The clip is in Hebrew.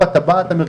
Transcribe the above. לכל הפרק.